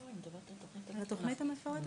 אני מדברת על התוכנית המפורטת.